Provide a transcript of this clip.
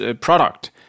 product